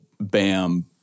bam